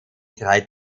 drei